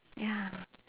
ya